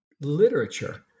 literature